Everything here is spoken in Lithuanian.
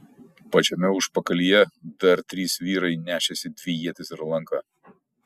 pačiame užpakalyje dar trys vyrai nešėsi dvi ietis ir lanką